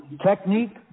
Technique